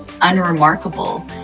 unremarkable